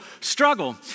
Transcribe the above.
struggle